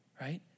right